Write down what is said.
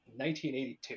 1982